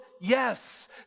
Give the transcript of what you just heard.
Yes